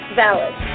valid